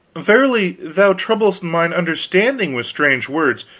verily, thou troublest mine understanding with strange words.